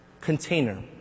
container